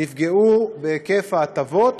נפגעו בהיקף ההטבות